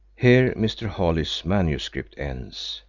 here mr. holly's manuscript ends,